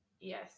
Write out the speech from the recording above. Yes